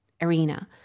arena